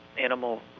animal